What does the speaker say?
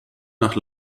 nach